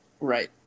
Right